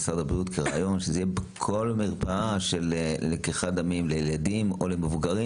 משרד הבריאות; שיהיה בכל מרפאה של לקיחת דמים לילדים או למבוגרים.